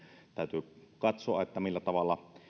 täytyy katsoa millä tavalla